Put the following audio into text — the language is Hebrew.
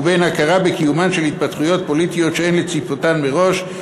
ובין הכרה בקיומן של התפתחויות פוליטיות שאין לצפותן מראש,